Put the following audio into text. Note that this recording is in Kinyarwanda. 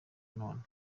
none